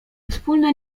wspólne